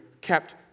kept